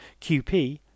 QP